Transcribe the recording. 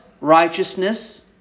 righteousness